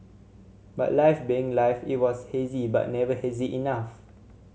but life being life it was hazy but never hazy enough